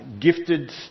gifted